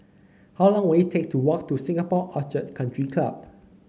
how long will it take to walk to Singapore Orchid Country Club